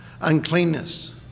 uncleanness